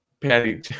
Patty